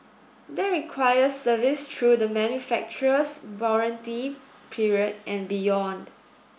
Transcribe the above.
that requires service through the manufacturer's warranty period and beyond